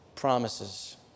Promises